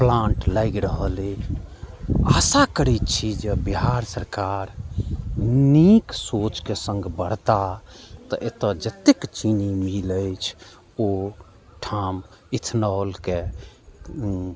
plant लागि रहल अइ आशा करैत छी जे बिहार सरकार नीक सोचके सङ्ग बढ़ता तऽ एतय जत्तेक चीनी मिल अछि ओ ठाम इथेनॉलके